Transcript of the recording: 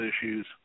issues